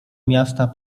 miasta